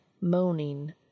moaning